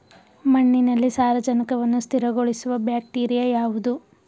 ಮಣ್ಣಿನಲ್ಲಿ ಸಾರಜನಕವನ್ನು ಸ್ಥಿರಗೊಳಿಸುವ ಬ್ಯಾಕ್ಟೀರಿಯಾ ಯಾವುದು?